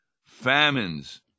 famines